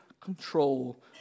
control